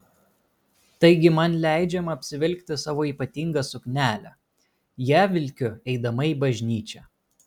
taigi man leidžiama apsivilkti savo ypatingą suknelę ją vilkiu eidama į bažnyčią